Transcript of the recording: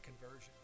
conversion